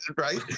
right